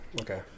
okay